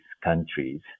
countries